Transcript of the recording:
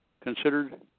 considered